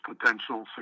potential